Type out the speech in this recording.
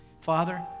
Father